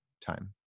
time